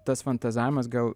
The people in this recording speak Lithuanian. tas fantazavimas gal